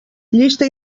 llista